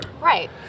Right